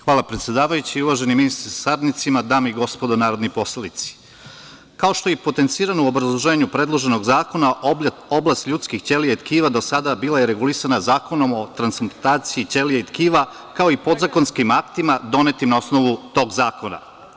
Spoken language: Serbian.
Hvala predsedavajući, uvaženi ministre sa saradnicima, dame i gospodo narodni poslanici, kao što je i potencirano u obrazloženju predloženog zakona oblast ljudskih ćelija i tkiva do sada je bila regulisana Zakonom o transplantaciji ćelija i tkiva, kao i podzakonskim aktima donetim na osnovu tog zakona.